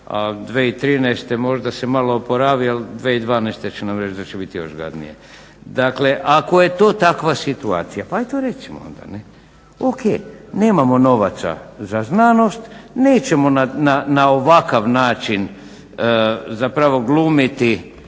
a 2013. možda se malo oporavi ali 2012. će nam reći da će biti još gadnije. Dakle, ako je to takva situacija pa i to recimo onda. O.k. nemamo novaca za znanost, nećemo na ovakav način zapravo glumiti